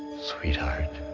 sweetheart.